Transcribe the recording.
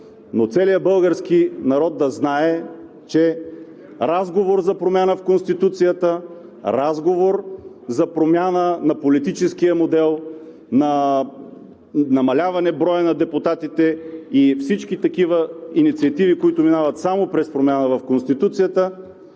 но целият български народ да знае, че разговор за промяна в Конституцията, разговор за промяна на политическия модел, намаляване броя на депутатите и всички такива инициативи, които минават само през промяна в Конституцията,